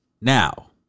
Now